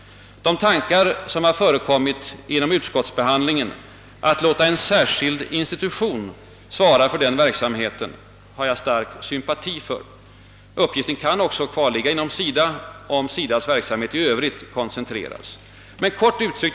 Tanken vid utskottsbehandlingen att låta en särskild institution svara för denna verksamhet har jag stark sympati för. Uppgiften kan också fortfarande åvila SIDA, om dess verksamhet i övrigt koncentreras. Herr talman!